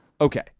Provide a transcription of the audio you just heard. Okay